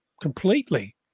completely